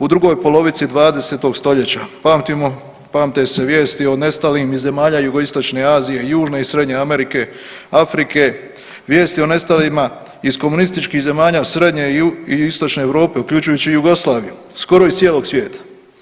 U drugoj polovici 20. stoljeća pamtimo, pamte se vijesti o nestalim iz zemalja jugoistočne Azije, južne i srednje Amerike, Afrike, vijesti o nestalima iz komunističkih zemalja srednje i istočne Europe uključujući i Jugoslaviju, skoro iz cijeloga svijeta.